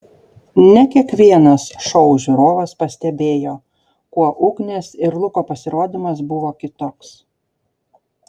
ne kiekvienas šou žiūrovas pastebėjo kuo ugnės ir luko pasirodymas buvo kitoks